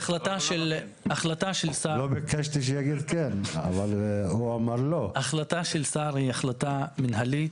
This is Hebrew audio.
החלטה של שר היא החלטה מנהלית,